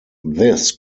this